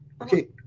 okay